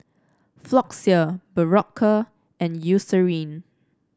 Floxia Berocca and Eucerin